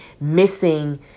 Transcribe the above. missing